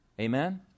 Amen